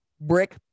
brick